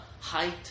height